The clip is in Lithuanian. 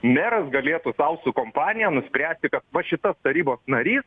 meras galėtų sau su kompanija nuspręsti kad va šitas tarybos narys